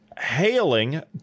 hailing